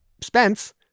Spence